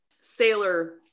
sailor